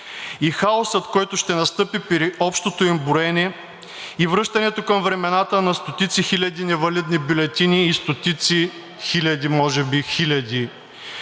и хаосът, който ще настъпи при общото им броене и връщането към времената на стотици хиляди бюлетини и стотици, може би хиляди,